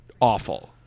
awful